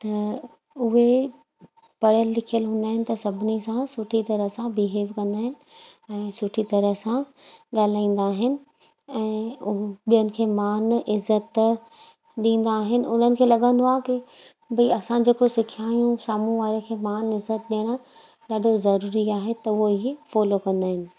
त उहे पढ़ियलु लिखियलु हूंदा आहिनि त सभिनी सां सुठी तरह सां बीहेव कंदा आहिनि ऐं सुठी तरह सां ॻाल्हाईंदा आहिनि ऐं उहो ॿियनि खे मान इज़त ॾींदा आहिनि उन्हनि खे लॻंदो आहे की भई असां जेको सिखिया आहियूं साम्हूं वारे खे मान इज़त ॾियणु ॾाढो ज़रूरी आहे त उहो ई फॉलो कंदा आहिनि